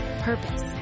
purpose